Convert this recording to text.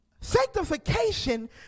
Sanctification